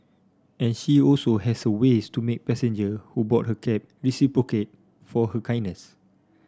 and she also has her ways to make passenger who board her cab reciprocate for her kindness